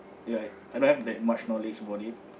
ya I I don't have that much knowledge about it